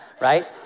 right